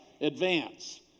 advance